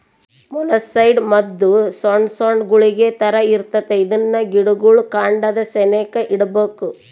molluscicide ಮದ್ದು ಸೊಣ್ ಸೊಣ್ ಗುಳಿಗೆ ತರ ಇರ್ತತೆ ಇದ್ನ ಗಿಡುಗುಳ್ ಕಾಂಡದ ಸೆನೇಕ ಇಡ್ಬಕು